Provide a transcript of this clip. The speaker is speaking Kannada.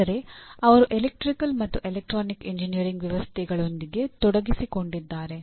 ಆದರೆ ಅವರು ಎಲೆಕ್ಟ್ರಿಕಲ್ ಮತ್ತು ಎಲೆಕ್ಟ್ರಾನಿಕ್ ಎಂಜಿನಿಯರಿಂಗ್ ವ್ಯವಸ್ಥೆಗಳೊಂದಿಗೆ ತೊಡಗಿಸಿಕೊಂಡಿದ್ದಾರೆ